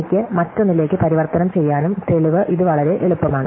എനിക്ക് മറ്റൊന്നിലേക്ക് പരിവർത്തനം ചെയ്യാനും തെളിവ് ഇത് വളരെ എളുപ്പമാണ്